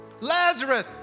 Lazarus